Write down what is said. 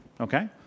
Okay